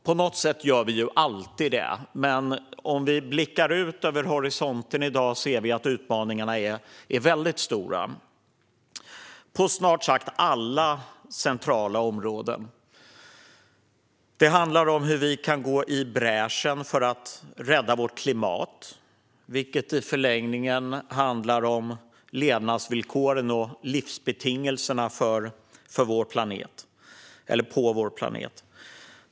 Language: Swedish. På något sätt gör vi ju alltid det, men om vi blickar ut över horisonten i dag ser vi att utmaningarna är väldigt stora på snart sagt alla centrala områden. Det handlar om hur vi kan gå i bräschen för att rädda vårt klimat, vilket i förlängningen handlar om levnadsvillkoren och livsbetingelserna på vår planet.